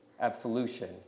absolution